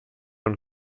und